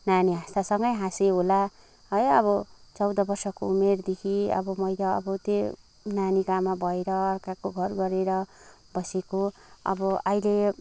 नानी हाँस्दा सँगै हाँसे होला है अब चौँध वर्षको उमेरदेखि अब मैले अब त्यो नानीको आमा भएर अर्काको घर गरेर बसेको अब अहिले